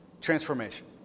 Transformation